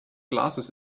glasses